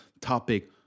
topic